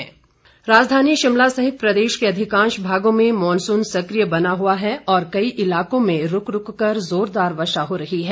मौसम राजधानी शिमला सहित प्रदेश के अधिकांश भागों में मॉनसून सकिय बना हुआ है और कई इलाकों में रूक रूक कर जोरदार वर्षा हो रही है